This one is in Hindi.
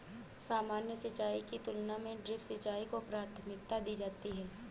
सामान्य सिंचाई की तुलना में ड्रिप सिंचाई को प्राथमिकता दी जाती है